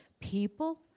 people